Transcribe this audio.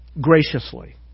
graciously